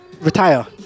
retire